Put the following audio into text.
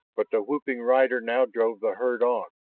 but the whooping rider now drove the herd on,